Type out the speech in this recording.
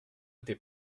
était